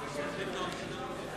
ואם יש בעיה קלה וצריך לדבר עם האחות,